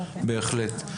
בהחלט.